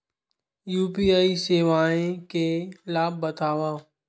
UPI सेवाएं के लाभ बतावव?